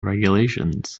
regulations